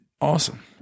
awesome